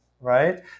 right